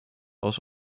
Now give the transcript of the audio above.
aus